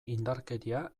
indarkeria